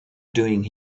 doing